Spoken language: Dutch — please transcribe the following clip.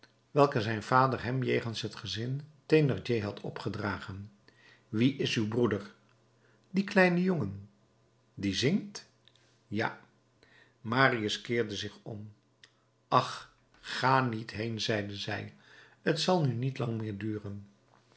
welke zijn vader hem jegens het gezin thénardier had opgedragen wie is uw broeder die kleine jongen die zingt ja marius keerde zich om ach ga niet heen zeide zij t zal nu niet lang meer duren